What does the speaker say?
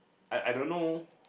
I I don't know